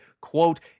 quote